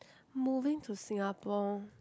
moving to Singapore